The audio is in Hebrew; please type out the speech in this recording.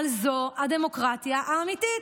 אבל זאת הדמוקרטיה האמיתית.